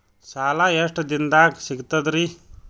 ಸಾಲಾ ಎಷ್ಟ ದಿಂನದಾಗ ಸಿಗ್ತದ್ರಿ?